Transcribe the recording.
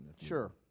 Sure